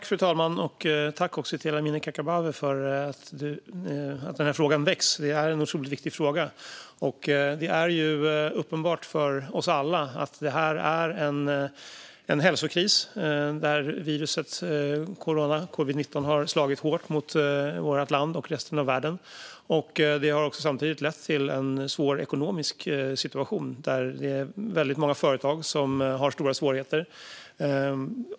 Fru talman! Jag tackar Amineh Kakabaveh för att hon väcker denna fråga. Det är en otroligt viktig fråga. Det är uppenbart för oss alla att detta är en hälsokris, där covid-19 har slagit hårt mot vårt land och mot resten av världen. Det har samtidigt lett till en svår ekonomisk situation, och det är många företag som har stora svårigheter.